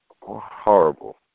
Horrible